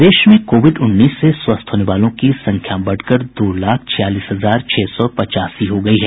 प्रदेश में कोविड उन्नीस से स्वस्थ होने वालों की संख्या बढ़कर दो लाख छियालीस हजार छह सौ पचासी हो गयी है